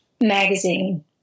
magazine